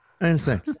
insane